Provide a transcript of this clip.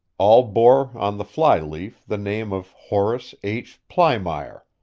all bore on the fly-leaf the name of horace h. plymire,